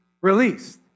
released